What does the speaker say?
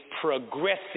progressive